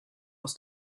aus